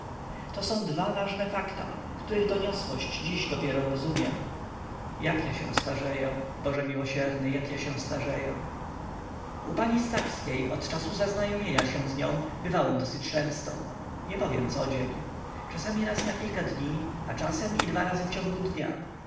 to są dwa ważne fakta których doniosłość dziś dopiero rozumiem jak ja się starzeję boże miłosierny jak ja się starzeję u pani stawskiej od czasu zaznajomienia się z nią bywałem dosyć często nie powiem codzień czasami raz na kilka dni a czasem i dwa razy w ciągu dnia